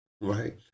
right